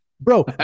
bro